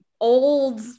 old